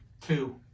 Two